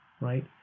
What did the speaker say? right